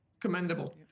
commendable